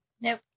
Nope